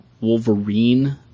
Wolverine